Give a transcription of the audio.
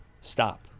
stop